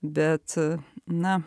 bet na